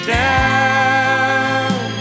down